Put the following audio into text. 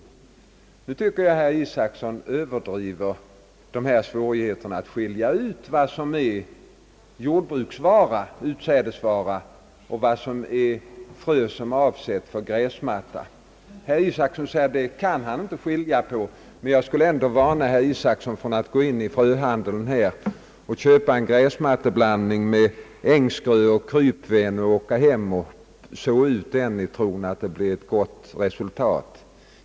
Jag tycker att herr Isacson överdriver svårigheterna att skilja ut vad som är jordbruksvara, utsädesvara eller frö avsett för gräsmatta. Herr Isacson säger, att han inte kan skilja på det. Jag skulle ändå vilja varna herr Isacson för att gå in i en fröhandel och köpa en gräsmatteblandning med ängsgröe och krypven och så ut det på en åker i tro att han skall få gott resultat.